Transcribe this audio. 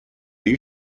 you